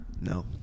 No